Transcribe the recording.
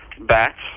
bats